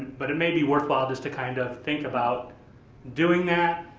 but it may be worth while just to kind of think about doing that.